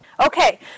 Okay